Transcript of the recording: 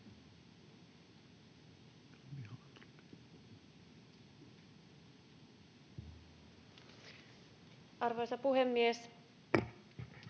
Arvoisa puhemies!